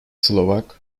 slovak